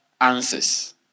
answers